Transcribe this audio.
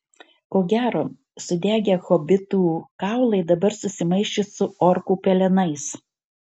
ko gero sudegę hobitų kaulai dabar susimaišė su orkų pelenais